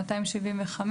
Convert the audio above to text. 275,